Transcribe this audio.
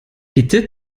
bitte